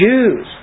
Jews